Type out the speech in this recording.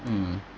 mm